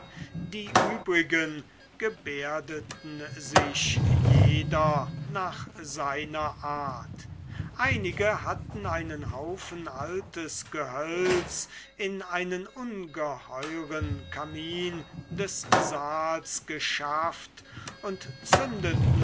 die übrigen gebärdeten sich jeder nach seiner art einige hatten einen haufen altes gehölz in einen ungeheuren kamin des saals geschafft und zündeten